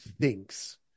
thinks